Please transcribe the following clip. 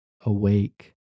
awake